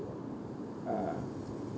uh